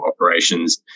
operations